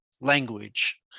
language